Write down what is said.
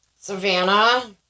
Savannah